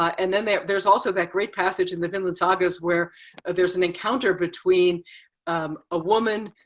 and then then there's also that great passage in the vinland sagas where there's an encounter between a woman,